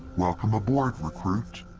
welcome aboard, recruit.